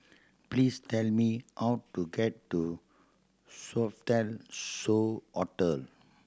please tell me how to get to Sofitel So Hotel